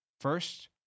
first